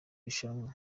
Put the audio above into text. rushanwa